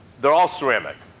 they're all ceramic.